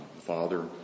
Father